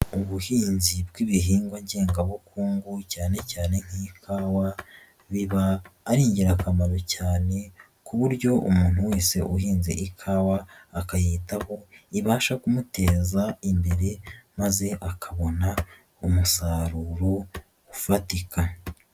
Ubuhinzi bw'ibihingwa ngengabukungu cyane cyane nk'ikawa, biba ari ingirakamaro cyane ku buryo umuntu wese uhinze ikawa, akayitaho, ibasha kumuteza imbere maze akabona umusaruro ufatika.